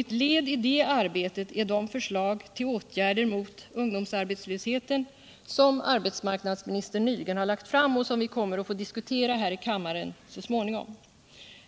Ett led i det arbetet är de förslag till åtgärder mot ungdomsarbetslösheten som arbetsmarknadsministern nyligen har lagt fram och som vi kommer att få diskutera här i riksdagen så småningom.